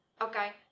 okay